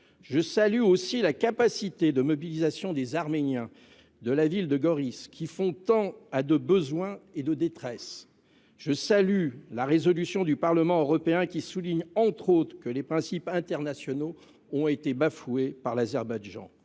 Je salue aussi la capacité de mobilisation des Arméniens de la ville de Goris, qui font face à tant de besoins et à tant de détresse. Je salue, ensuite, la résolution du Parlement européen, qui souligne entre autres que les principes internationaux ont été bafoués par l’Azerbaïdjan.